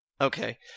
Okay